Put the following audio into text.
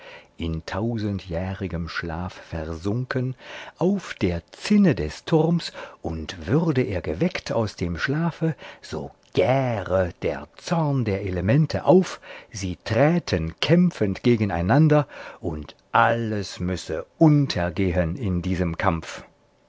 in tausendjährigem schlaf versunken auf der zinne des turms und würde er geweckt aus dem schlafe so gäre der zorn der elemente auf sie träten kämpfend gegeneinander und alles müsse untergehen in diesem kampf